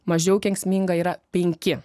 mažiau kenksminga yra penki